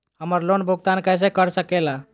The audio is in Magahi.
हम्मर लोन भुगतान कैसे कर सके ला?